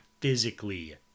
physically